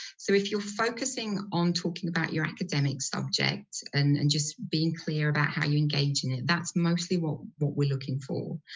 so if you're focusing on talking about your academic subjects and and just being clear about how you engage in it, that's mostly what we're looking for.